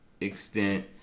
extent